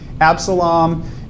Absalom